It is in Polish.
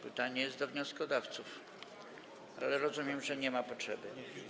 Pytanie jest do wnioskodawców, ale rozumiem, że nie ma potrzeby.